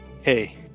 Hey